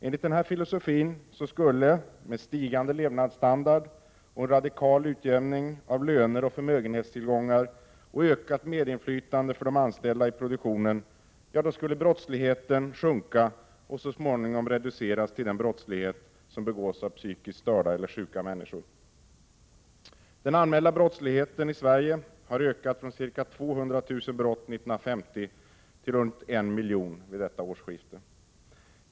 Enligt denna filosofi skulle, med stigande levnadsstandard och en radikal utjämning av löner och förmögenhetstillgångar samt ökat medinflytande för de anställda i produktionen, brottsligheten successivt sjunka och småningom reduceras till den brottslighet som begås av psykiskt störda eller sjuka människor. Den anmälda brottsligheten i Sverige har ökat från ca 200 000 brott 1950 till ca en miljon vid detta årsskifte.